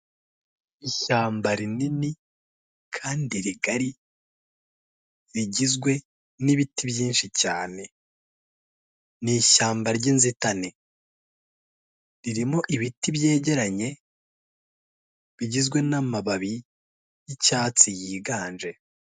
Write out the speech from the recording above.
Ishyamba rinini kandi rigari rigizwe n'ibiti byinshi cyane, ni ishyamba ry'inzitane ririmo ibiti byegeranye bigizwe n'amababi n'icyatsi yiganje.